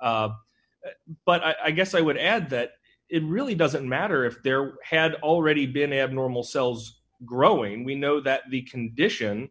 but i guess i would add that it really doesn't matter if there had already been abnormal cells growing we know that the condition